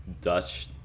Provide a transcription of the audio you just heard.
dutch